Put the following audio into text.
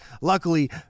luckily